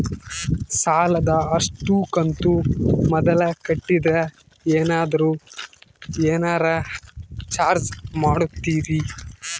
ಸಾಲದ ಅಷ್ಟು ಕಂತು ಮೊದಲ ಕಟ್ಟಿದ್ರ ಏನಾದರೂ ಏನರ ಚಾರ್ಜ್ ಮಾಡುತ್ತೇರಿ?